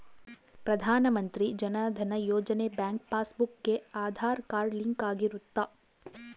ಪ್ರಧಾನ ಮಂತ್ರಿ ಜನ ಧನ ಯೋಜನೆ ಬ್ಯಾಂಕ್ ಪಾಸ್ ಬುಕ್ ಗೆ ಆದಾರ್ ಕಾರ್ಡ್ ಲಿಂಕ್ ಆಗಿರುತ್ತ